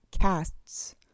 casts